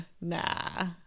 nah